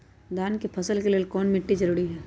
धान के फसल के लेल कौन मिट्टी जरूरी है?